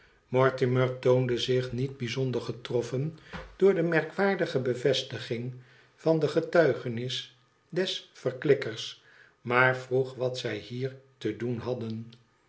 mortimer toonde zich niet bijzonder getroffen door de merkwaardige bevestiging van de getuigenis des verklikkers maar vroeg wat zij hier te doen haddden